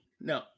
no